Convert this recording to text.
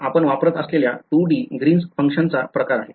तर हा आपण वापरत असलेल्या 2D Greens फंक्शनचा प्रकार आहे